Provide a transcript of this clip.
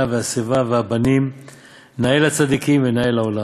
והשיבה והבנים נאה לצדיקים ונאה לעולם,